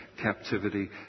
captivity